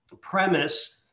premise